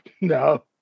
No